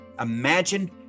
Imagine